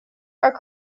are